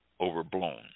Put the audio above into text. overblown